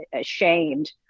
ashamed